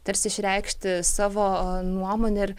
tarsi išreikšti savo nuomonę ir